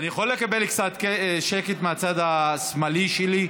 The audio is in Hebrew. אני יכול לקבל קצת שקט מהצד השמאלי שלי,